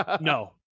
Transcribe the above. no